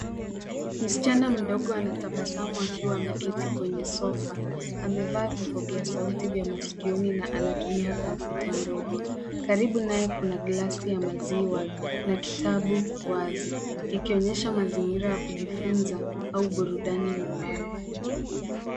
Msichana mdogo anatabasamu akiwa ameketi kwenye sofa. Amevaa vipokea sauti vya masikioni na anatumia kompyuta ndogo. Karibu naye kuna glasi ya maziwa na kitabu wazi, ikionyesha mazingira ya kujifunza au burudani nyumbani.